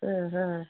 ആഹാ